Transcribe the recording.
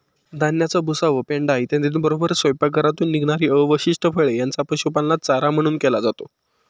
धान्याचा भुसा व पेंढा इत्यादींबरोबरच स्वयंपाकघरातून निघणारी अवशिष्ट फळे यांचा पशुपालनात चारा म्हणून केला जातो